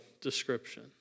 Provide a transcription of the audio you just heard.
description